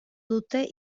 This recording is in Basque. dute